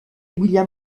william